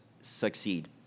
succeed